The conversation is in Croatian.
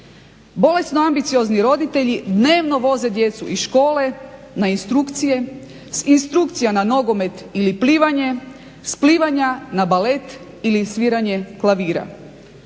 Bolesno ambiciozni roditelji dnevno voze djecu iz škole na instrukcije, sa instrukcija na nogomet ili plivanje, s plivanja na balet ili sviranje klavira